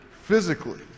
physically